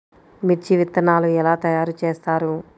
మిర్చి విత్తనాలు ఎలా తయారు చేస్తారు?